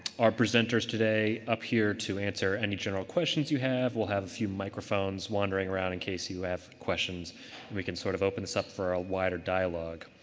our presenters today up here to answer any general questions you have. we'll have a few microphones wandering around in case you have questions. and we can sort of open this up for a wider dialogue.